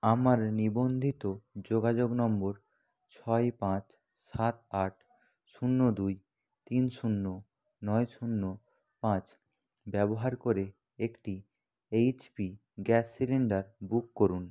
আমার নিবন্ধিত যোগাযোগ নম্বর ছয় পাঁচ সাত আট শূন্য দুই তিন শূন্য নয় শূন্য পাঁচ ব্যবহার করে একটি এইচপি গ্যাস সিলিন্ডার বুক করুন